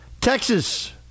Texas